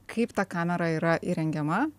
kaip ta kamera yra įrengiama